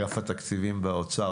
נציג אגף התקציבים באוצר,